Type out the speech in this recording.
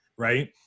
Right